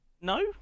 No